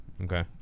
okay